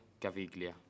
Caviglia